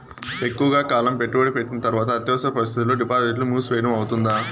ఎక్కువగా కాలం పెట్టుబడి పెట్టిన తర్వాత అత్యవసర పరిస్థితుల్లో డిపాజిట్లు మూసివేయడం అవుతుందా?